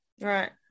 Right